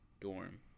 dorm